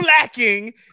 lacking